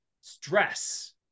stress